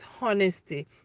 honesty